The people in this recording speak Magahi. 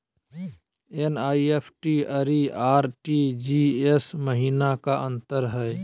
एन.ई.एफ.टी अरु आर.टी.जी.एस महिना का अंतर हई?